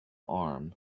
arm